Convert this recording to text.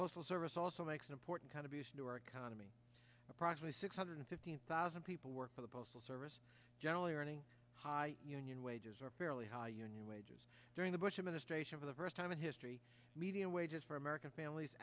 postal service also makes an important kind of use to our economy approximately six hundred fifteen thousand people work for the postal service generally earning high union wages or fairly high union wages during the bush administration for the first time in history median wages for american families